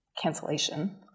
cancellation